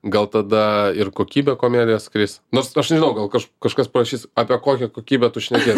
gal tada ir kokybė komedijos kris nors aš aš nežinau gal kažk kažkas parašys apie kokią kokybę tu šneki